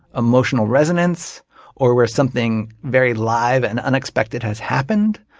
emotional resonance or where something very live and unexpected as happened,